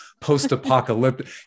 post-apocalyptic